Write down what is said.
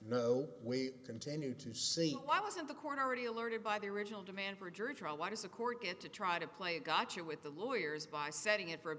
no we continue to seat was in the corner already alerted by the original demand for a jury trial why does the court get to try to play a gotcha with the lawyers by setting it for